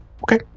Okay